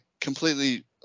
completely